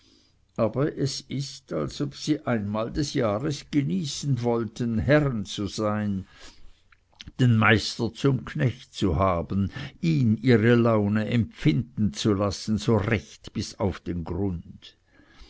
aber es ist als ob sie einmal des jahres genießen wollten herren zu sein den meister zum knecht zu haben ihn ihre laune empfinden zu lassen so recht bis auf den grund